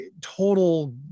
total